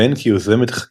והן כיוזמת החקיקה,